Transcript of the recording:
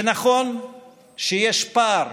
ונכון שיש פער